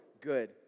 good